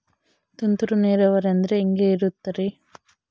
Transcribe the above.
ತುಂತುರು ನೇರಾವರಿ ಅಂದ್ರೆ ಹೆಂಗೆ ಇರುತ್ತರಿ?